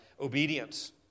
obedience